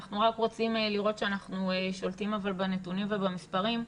אנחנו רק רוצים לראות שאנחנו שולטים בנתונים ובמספרים.